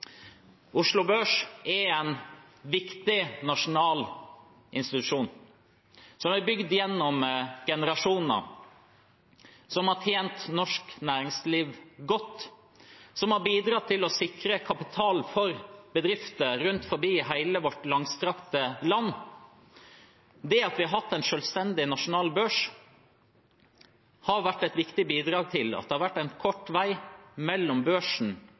Oslo Børs er en viktig nasjonal institusjon som er bygd gjennom generasjoner, som har tjent norsk næringsliv godt, og som har bidratt til å sikre kapital for bedrifter rundt om i hele vårt langstrakte land. Det at vi har hatt en selvstendig nasjonal børs, har vært et viktig bidrag til at det har vært kort vei mellom børsen